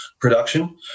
production